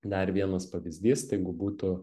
dar vienas pavyzdys tai gu būtų